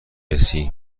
رسی